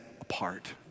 apart